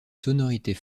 sonorités